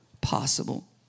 possible